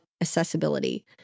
accessibility